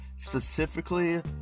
specifically